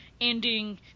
ending